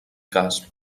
cas